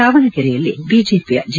ದಾವಣಗೆರೆಯಲ್ಲಿ ಬಿಜೆಪಿಯ ಜಿ